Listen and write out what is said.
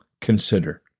Consider